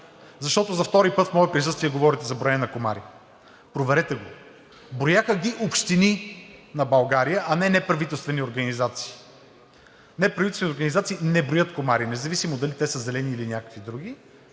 защото за втори път в мое присъствие говорите за броене на комари, проверете го. Брояха ги общини на България, а не неправителствени организации. Неправителствени организации не броят комари независимо дали те са зелени, или някакви други.